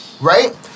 Right